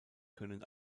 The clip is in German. können